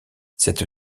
cette